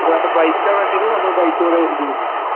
അല്ലാണ്ട് ബൈക്കാണ് വേണ്ടതെങ്കിൽ നമ്മൾ ബൈക്കിവിടെ ഇത് ചെയ്യുന്നുണ്ട്